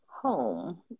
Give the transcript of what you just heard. home